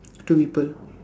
two people